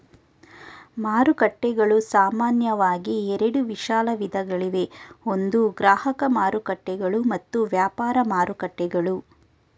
ಮಾರುಕಟ್ಟೆಗಳು ಸಾಮಾನ್ಯವಾಗಿ ಎರಡು ವಿಶಾಲ ವಿಧಗಳಿವೆ ಒಂದು ಗ್ರಾಹಕ ಮಾರುಕಟ್ಟೆಗಳು ಮತ್ತು ವ್ಯಾಪಾರ ಮಾರುಕಟ್ಟೆಗಳು